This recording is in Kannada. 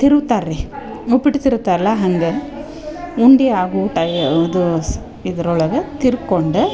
ತಿರ್ವುತಾರೆ ರಿ ಉಪ್ಪಿಟ್ಟು ತಿರ್ವುತ ಅಲ್ಲ ಹಾಗೆ ಉಂಡಿ ಹಾಗು ಟೈ ಅದೂ ಸ್ ಇದರೊಳಗ ತಿರ್ಕೊಂಡೆ